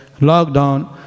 lockdown